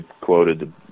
quoted